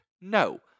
No